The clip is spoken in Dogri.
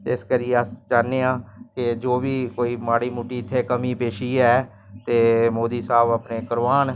गल्ल करने गी उंदै घरै गी जंदे हे हां जियां कोई बी इंजैक्शन पैह्लै जियां लग्गा दे हे